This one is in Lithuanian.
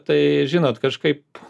tai žinot kažkaip